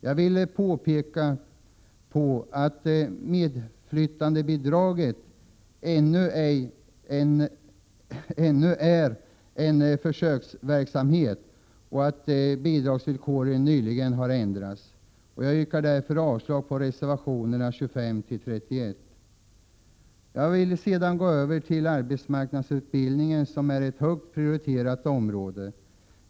Jag vill peka på att medflyttandebidraget ännu är en försöksverksamhet och att bidragsvillkoren nyligen har ändrats. Jag yrkar därför avslag på reservationerna 25-31. Jag vill sedan övergå till att diskutera arbetsmarknadsutbildningen, som är ett högt prioriterat område.